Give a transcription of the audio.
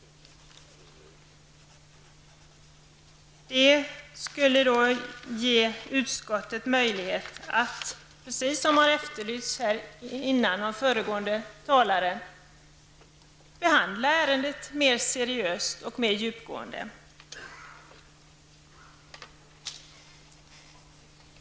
Det skulle ge utskottet möjlighet att, precis som har efterlysts av föregående talare, behandla ärendet mer seriöst och mer djupgående.